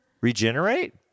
Regenerate